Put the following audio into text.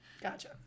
Gotcha